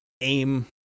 aim